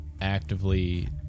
actively